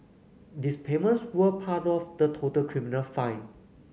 these payments were part of the total criminal fine